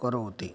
करोति